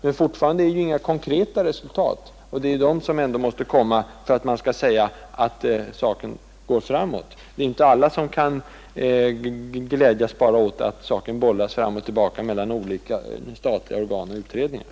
Men fortfarande är det inga konkreta resultat, och det är sådana som ändå måste komma, för att man skall kunna säga att saken går framåt. Det är inte alla som kan glädjas bara åt att saken bollas fram och tillbaka mellan olika statliga organ och utredningar.